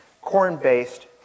corn-based